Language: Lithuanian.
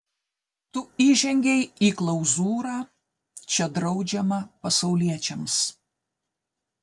tu įžengei į klauzūrą čia draudžiama pasauliečiams